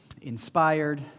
inspired